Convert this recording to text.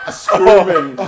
screaming